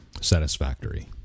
satisfactory